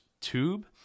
tube